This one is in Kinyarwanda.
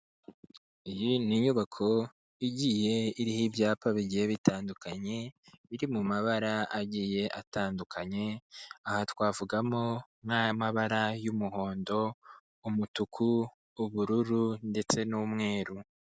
Iyi ni inyubako igiye iriho ibyapa bigiye bitandukanye, biri mu mabara agiye atandukanye, aha twavugamo nk'amabara y'umuhondo, umutuku, ubururu ndetse n'umweru.